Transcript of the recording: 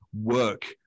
work